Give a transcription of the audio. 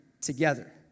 together